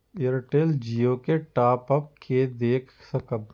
Airtel Jio के top up के देख सकब?